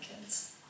kids